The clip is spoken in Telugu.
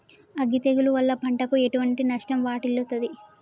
అగ్గి తెగులు వల్ల పంటకు ఎటువంటి నష్టం వాటిల్లుతది?